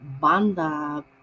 banda